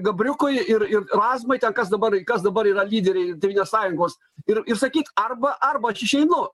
gabriukui ir ir razmai ten kas dabar kas dabar yra lyderiai tėvynės sąjungos ir ir sakyt arba arba aš išeinu